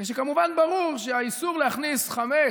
כמובן ברור שהאיסור להכניס חמץ,